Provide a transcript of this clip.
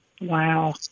Wow